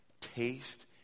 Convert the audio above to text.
taste